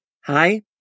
Hi